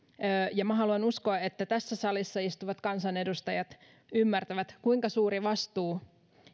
ja haluan uskoa että tässä salissa istuvat kansanedustajat ymmärtävät kuinka suuri vastuu